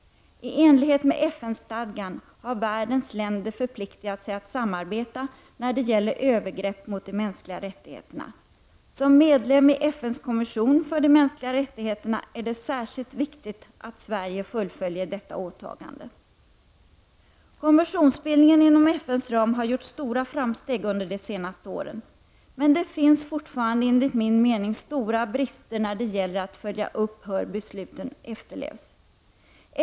I enlighet med FN-stadgan har världens länder förpliktigat sig att samarbeta när det gäller övergrepp mot de mänskliga rättigheterna. Som medlem i FNs kommission för de mänskliga rättigheterna är det särskilt viktigt att Sverige fullföljer detta åtagande. Konventionsbildningen inom FNs ram har gjort stora framsteg under de senaste åren, men det finns fortfarande enligt min mening stora brister när det gäller att följa upp hur besluten efterlevs.